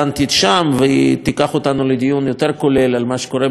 והיא תיקח אותנו לדיון יותר כולל על מה שקורה במפרץ חיפה,